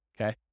okay